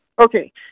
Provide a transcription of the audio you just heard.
Okay